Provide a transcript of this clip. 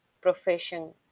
profession